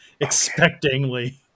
expectingly